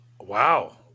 Wow